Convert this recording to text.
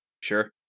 sure